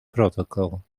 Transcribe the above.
protocol